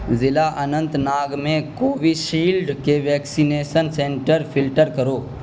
ضلع اننت ناگ میں کووشیلڈ کے ویکسینیشن سنٹر فلٹر کرو